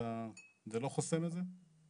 זה לא חוסם את זה?